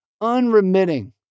Unremitting